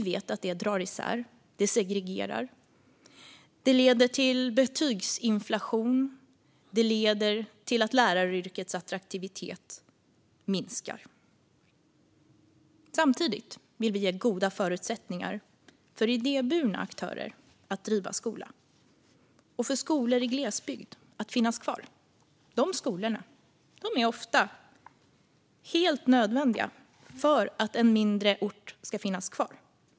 Vi vet att det drar isär, segregerar, leder till betygsinflation och till att läraryrkets attraktivitet minskar. Samtidigt vill vi ge goda förutsättningar för idéburna aktörer att driva skola och för skolor i glesbygd att finnas kvar. De skolorna är ofta helt nödvändiga för att en mindre ort ska finnas kvar.